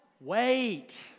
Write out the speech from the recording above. Wait